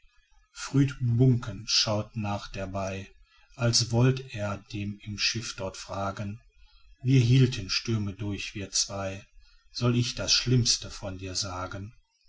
buncken schaute nach der bai als wollt er den im schiff dort fragen wir hielten stürme durch wir zwei soll ich das schlimmste von dir sagen